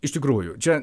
iš tikrųjų čia